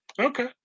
okay